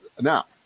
now